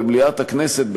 במליאת הכנסת,